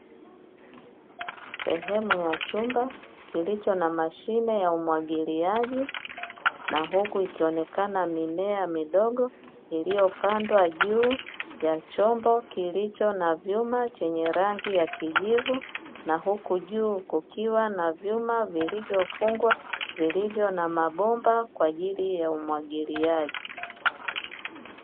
Sehemu ya chumba, kilicho na mashine ya umwagiliaji na huku ikionekana mimea midogo iliyopandwa juu ya chombo kilicho na vyuma, chenye rangi ya kijivu na huku juu kukiwa na vyuma vilivyofungwa vilivyo na mabomba kwa ajili ya umwagiliaji.